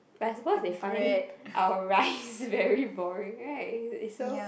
I suppose they find our rice very boring [right] it's so